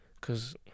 cause